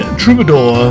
troubadour